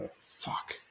Fuck